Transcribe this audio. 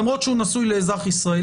למרות שהוא נשוי לישראלי,